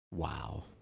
Wow